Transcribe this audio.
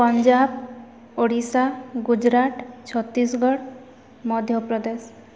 Punjab Odisha Gujarat Chhattisgarh Madhya Pradesh